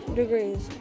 degrees